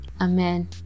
amen